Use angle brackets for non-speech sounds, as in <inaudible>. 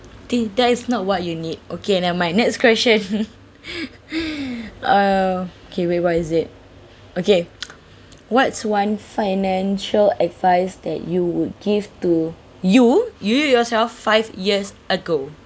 the that is not what you need okay never mind next question <laughs> <breath> <breath> oh K wait what is it okay <noise> what's one financial advice that you would give to you you yourself five years ago